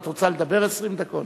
את רוצה לדבר 20 דקות?